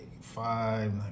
five